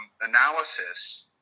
analysis